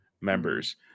members